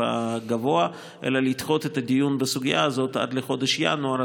הגבוה אלא לדחות את הדיון בסוגיה הזאת עד לחודש ינואר,